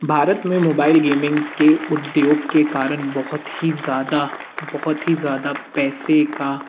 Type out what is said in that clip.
भारत में mobile gaming के उद्योग के कारण बहुत ही ज़्यादा बहुत ही ज़्यादा पैसे का